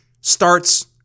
starts